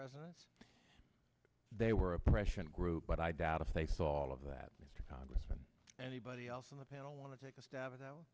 residents they were oppression group but i doubt if they saw all of that mr congressman anybody else on the panel want to take a stab